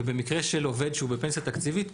ובמקרה של עובד שהוא בפנסיה תקציבית,